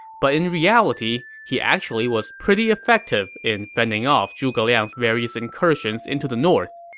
but in reality, he actually was pretty effective in fending off zhuge liang's various incursions into the north.